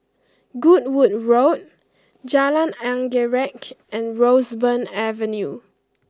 Goodwood Road Jalan Anggerek and Roseburn Avenue